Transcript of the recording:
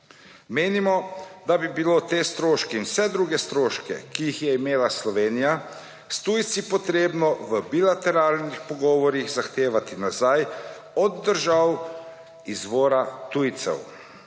Menimo, da bi bilo te stroške in vse druge stroške, ki jih je imela Slovenija s tujci potrebno v bilateralnih pogovorih zahtevati nazaj od držav izvora tujcev.